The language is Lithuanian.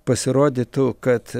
pasirodytų kad